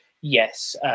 yes